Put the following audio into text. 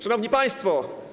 Szanowni Państwo!